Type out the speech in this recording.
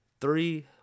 Three